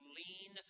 lean